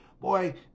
boy